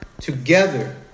together